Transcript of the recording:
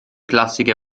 classiche